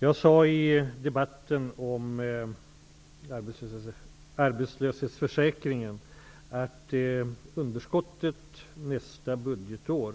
Jag sade i debatten om arbetslöshetsförsäkringen att underskottet i Arbetsmarknadsfonden nästa budgetår